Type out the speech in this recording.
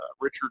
Richard